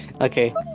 Okay